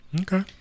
Okay